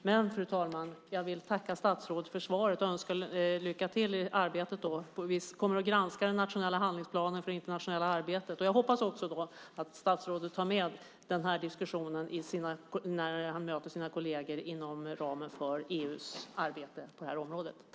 Fru talman! Jag vill tacka statsrådet för svaret och önska lycka till i arbetet. Vi kommer att granska den nationella handlingsplanen för det internationella arbetet. Jag hoppas att statsrådet tar med den här diskussionen när han möter sina kolleger inom ramen för EU:s arbete på det här området.